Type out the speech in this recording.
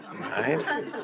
right